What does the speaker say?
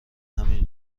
همین